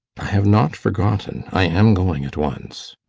i have not forgotten. i am going at once.